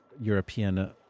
European